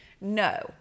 no